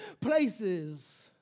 places